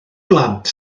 blant